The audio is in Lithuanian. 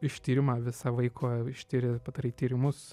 ištyrimą visą vaiko ištiri padaryti tyrimus